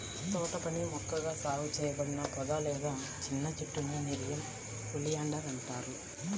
తోటపని మొక్కగా సాగు చేయబడిన పొద లేదా చిన్న చెట్టునే నెరియం ఒలియాండర్ అంటారు